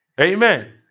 Amen